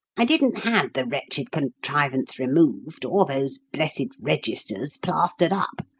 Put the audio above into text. i didn't have the wretched contrivance removed or those blessed registers plastered up.